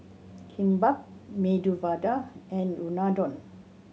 Kimbap Medu Vada and Unadon